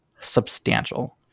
substantial